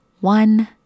One